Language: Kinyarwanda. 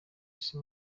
isi